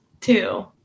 two